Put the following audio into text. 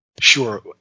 Sure